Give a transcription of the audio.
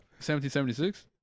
1776